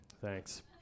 thanks